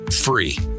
free